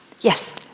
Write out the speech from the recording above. Yes